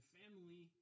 family